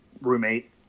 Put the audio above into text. roommate